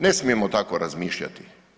Ne smijemo tako razmišljati.